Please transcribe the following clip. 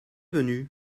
venu